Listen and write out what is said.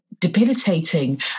Debilitating